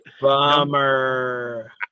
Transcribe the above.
Bummer